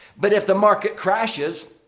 but if the market crashes,